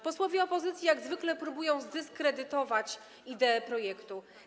Posłowie opozycji jak zwykle próbują zdyskredytować ideę projektu.